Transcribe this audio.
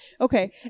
Okay